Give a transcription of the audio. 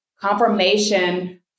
confirmation